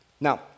Now